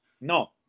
no